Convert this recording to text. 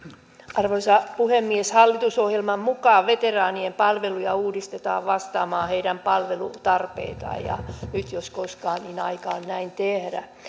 arvoisa puhemies hallitusohjelman mukaan veteraanien palveluja uudistetaan vastaamaan heidän palvelutarpeitaan ja nyt jos koskaan aika on näin tehdä